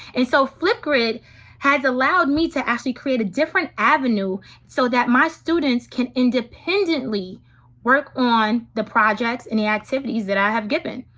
and so flipgrid has allowed me to actually create a different avenue so that my students can independently work on the projects and the activities that i have given.